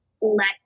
let